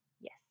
Yes